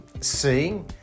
seeing